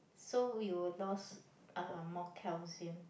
so we will lost uh more calcium